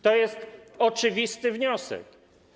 To jest oczywisty wniosek.